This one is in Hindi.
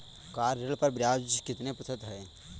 कार ऋण पर ब्याज कितने प्रतिशत है?